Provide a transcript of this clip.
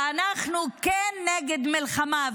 ואנחנו כן נגד מלחמה.